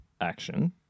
action